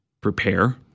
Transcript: prepare